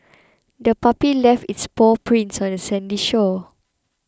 the puppy left its paw prints on the sandy shore